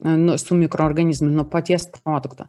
a nu su mikroorganizmų nuo paties produkto